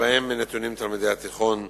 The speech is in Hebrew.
שבהם נתונים תלמידי התיכון,